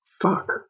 Fuck